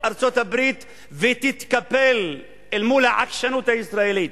ארצות-הברית ותתקפל אל מול העקשנות הישראלית.